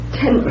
ten